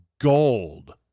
gold